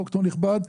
ד"ר נכבד,